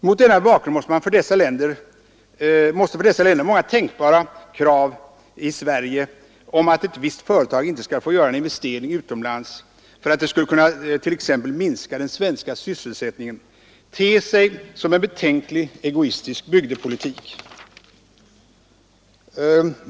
Mot denna bakgrund måste för dessa länder många tänkbara krav i Sverige på att ett visst företag inte skall få göra en investering utomlands för att det t.ex. skulle kunna minska den svenska sysselsättningen te sig som betänklig egoistisk bygdepolitik.